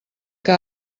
que